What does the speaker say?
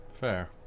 Fair